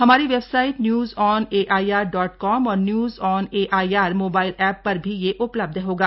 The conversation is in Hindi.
हमारी website news on AIR dot com और news on AIR mobile app पर भी यह उपलब्ध होगा